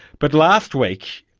but last week,